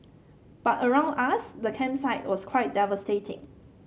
but around us the campsite was quite devastating